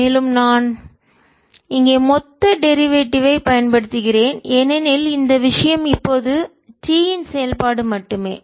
மேலும் நான் இங்கே மொத்த டெரிவேட்டிவ் ஐ வழித்தோன்றல் பயன்படுத்துகிறேன் ஏனெனில் இந்த விஷயம் இப்போது t இன் செயல்பாடு மட்டுமே